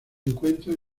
encuentran